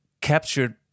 captured